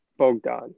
Bogdan